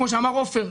כמו שאמר עופר,